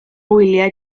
wyliau